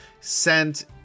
sent